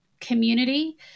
community